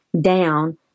down